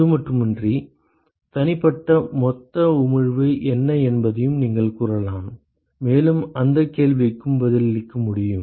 அதுமட்டுமின்றி தனிப்பட்ட மொத்த உமிழ்வு என்ன என்பதையும் நீங்கள் கூறலாம் மேலும் அந்த கேள்விக்கும் பதிலளிக்க முடியும்